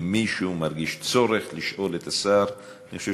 אם מישהו מרגיש צורך לשאול את השר, אני חושב